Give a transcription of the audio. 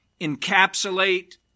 encapsulate